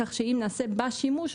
כך שאם נעשה בה שימוש,